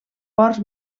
ports